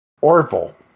Orville